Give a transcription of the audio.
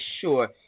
sure